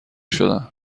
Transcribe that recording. شدن